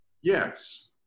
Yes